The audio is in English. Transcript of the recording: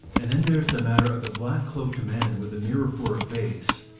and then there's the matter of the black-cloaked man with a mirror for a face.